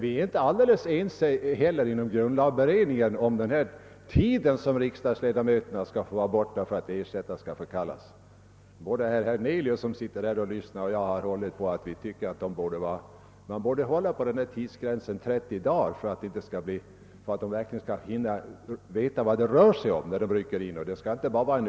Vi är emellertid inte eniga ens inom grundlagberedningen om den tid riksdagsledamöterna skall få vara borta för att ersättare skall inkallas. Både herr Hernelius, som sitter här och lyssnar, och jag menar att man borde hålla på tidsgränsen 30 dagar, så att vederbörande verkligen skall kunna få veta vad det rör sig om vid inryckningen.